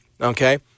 okay